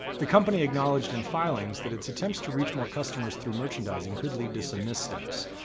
the company acknowledged in filings that its attempts to reach more customers through merchandising could lead to some missteps.